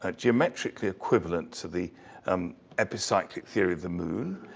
ah geometrically equivalent, to the um epicyclic theory of the moon?